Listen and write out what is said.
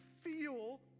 feel